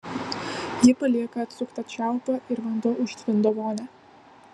ji palieka atsuktą čiaupą ir vanduo užtvindo vonią